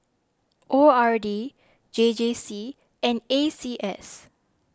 O R D J J C and A C S